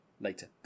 Later